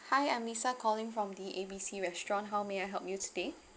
hi I'm lisa calling from the A B C restaurant how may I help you today